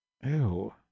ew